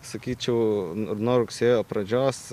sakyčiau nuo rugsėjo pradžios